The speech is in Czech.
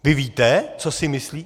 Vy víte, co si myslí?